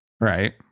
Right